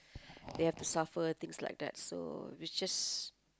they have to suffer things like that so it's just